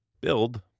build